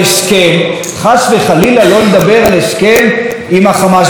חס וחלילה לא לדבר על הסכם עם החמאס ברצועת עזה,